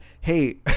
Hey